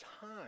time